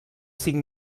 cinc